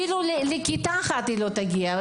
אפילו לכיתה אחת היא לא תגיע.